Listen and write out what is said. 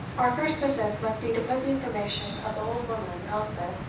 our first business must be to put the information of the old woman, elspeth,